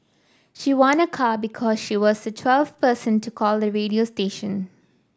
she won a car because she was the twelfth person to call the radio station